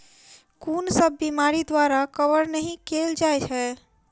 कुन सब बीमारि द्वारा कवर नहि केल जाय है?